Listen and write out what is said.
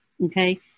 Okay